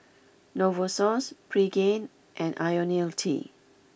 Novosource Pregain and Ionil T